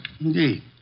Indeed